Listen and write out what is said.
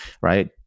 right